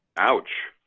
ouch!